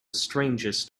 strangest